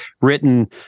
written